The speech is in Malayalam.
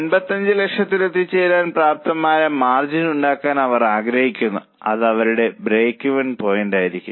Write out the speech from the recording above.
55 ലക്ഷത്തിൽ എത്തിച്ചേരാൻ പര്യാപ്തമായ മാർജിൻ ഉണ്ടാക്കാൻ അവർ ആഗ്രഹിക്കുന്നു അത് അവരുടെ ബ്രേക്ക്ഈവൻ പോയിന്റായിരിക്കും